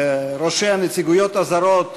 ראשי הנציגויות הזרות,